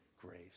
grace